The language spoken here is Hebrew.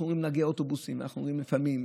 אנחנו רואים נהגי אוטובוסים ואנחנו רואים לפעמים,